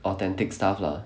authentic stuff lah